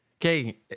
Okay